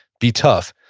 be tough.